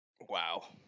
Wow